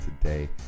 today